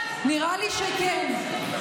נראה לי שכן.